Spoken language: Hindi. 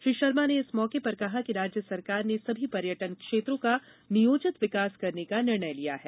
श्री शर्मा ने इस मौके पर कहा कि राज्य सरकार ने सभी पर्यटन क्षेत्रों का नियोजित विकास करने का निर्णय लिया है